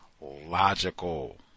logical